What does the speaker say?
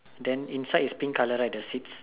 then inside is pink color right the Switch